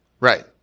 right